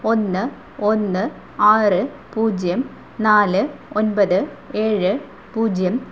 ഒന്ന് ഒന്ന് ആറ് പൂജ്യം നാല് ഒൻമ്പത് ഏഴ് പൂജ്യം